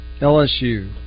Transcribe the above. LSU